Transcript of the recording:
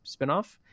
spinoff